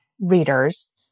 readers